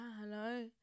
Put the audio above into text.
hello